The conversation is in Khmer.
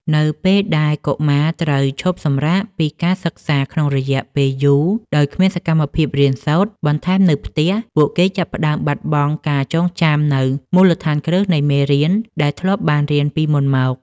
នៅពេលដែលកុមារត្រូវឈប់សម្រាកពីការសិក្សាក្នុងរយៈពេលយូរដោយគ្មានសកម្មភាពរៀនសូត្របន្ថែមនៅផ្ទះ ពួកគេចាប់ផ្តើមបាត់បង់ការចងចាំនូវមូលដ្ឋានគ្រឹះនៃមេរៀនដែលធ្លាប់បានរៀនពីមុនមក។